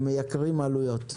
מייקרים עלויות.